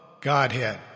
Godhead